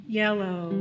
yellow